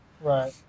Right